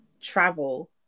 travel